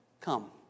come